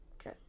okay